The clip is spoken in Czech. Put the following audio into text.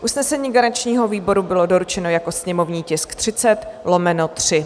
Usnesení garančního výboru bylo doručeno jako sněmovní tisk 30/3.